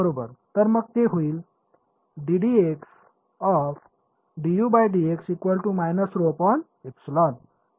बरोबर तर मग ते होईल